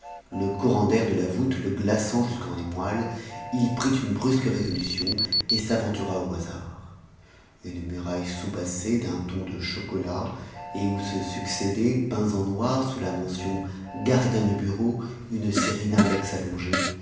le courant d'air de la voûte le glaçant jusque dans les moelles il prit une brusque résolution et s'aventura au hasard une muraille soubassée d'un ton de chocolat et où se succédaient peints en noir sous la mention gardiens de bureau une série d'index allongés